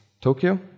Tokyo